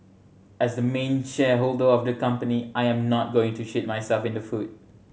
as the main shareholder of the company I am not going to shoot myself in the foot